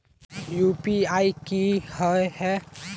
UPI की होय है?